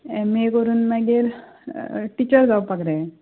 M A करून मागीर teacher जावपाक जाय